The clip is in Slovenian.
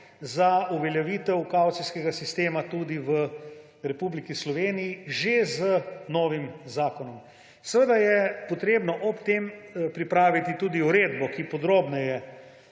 za uveljavitev kavcijskega sistema tudi v Republiki Sloveniji že z novim zakonom. Seveda je treba ob tem pripraviti tudi uredbo, ki podrobneje